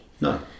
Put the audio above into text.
No